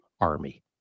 army